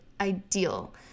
ideal